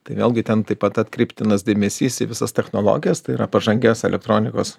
tai vėlgi ten taip pat atkreiptinas dėmesys į visas technologijas tai yra pažangias elektronikos